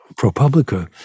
ProPublica